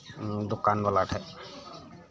ᱫᱚᱠᱟᱱ ᱵᱟᱞᱟᱴᱷᱮᱱ